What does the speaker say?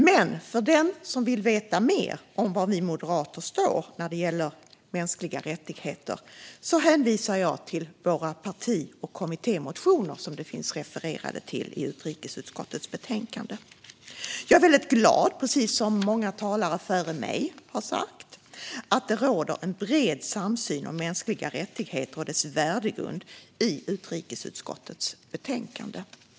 Men för den som vill veta mer om var vi moderater står när det gäller mänskliga rättigheter hänvisar jag till våra parti och kommittémotioner, som det refereras till i utrikesutskottets betänkande. Jag är, precis som många talare före mig, väldigt glad över att det råder en bred samsyn om mänskliga rättigheter och deras värdegrund i utrikesutskottets betänkande.